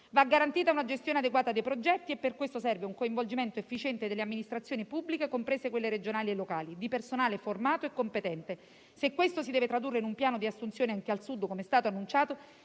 Va garantita una gestione adeguata dei progetti e per questo serve un coinvolgimento efficiente delle amministrazioni pubbliche, comprese quelle regionali e locali, e di personale formato e competente. Se questo si deve tradurre in un piano di assunzione anche al Sud, come è stato annunciato,